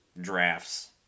drafts